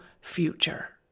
future